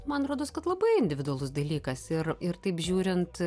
man rodos kad labai individualus dalykas ir ir taip žiūrint